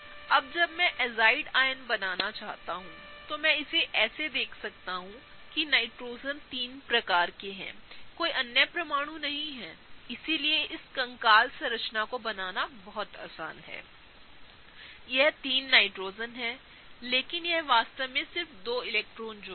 अब जब मैं एजाइड आयन बनाना चाहता हूं तो मैं इसे ऐसे देख सकता हूं कि नाइट्रोजन 3 प्रकार के हैं कोई अन्य परमाणु नहीं है इसलिए कंकाल संरचना बनाना बहुत आसान हैयह3नाइट्रोजन हैलेकिन यह वास्तव में सिर्फ 2 इलेक्ट्रॉन जोड़े है